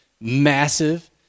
massive